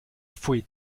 pfui